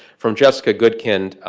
from jessica goodkind,